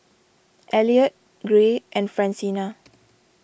Elliot Gray and Francina